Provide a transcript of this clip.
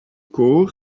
caux